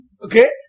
Okay